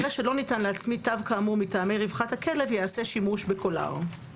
זה - "ארגון למען בעלי חיים" - ארגון למען בעלי חיים